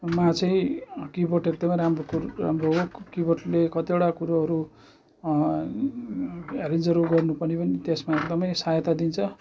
मा चाहिँ किबोर्ड एकदमै राम्रो हो किबोर्डले कतिवटा कुरोहरू एरेन्जहरू गर्नु पऱ्यो भने त्यसमा एकदमै सहायता दिन्छ